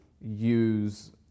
use